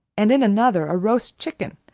and in another a roast chicken,